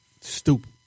Stupid